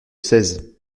seize